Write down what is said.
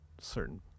certain